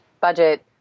budget